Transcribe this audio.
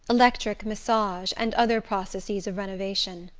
electric massage and other processes of renovation.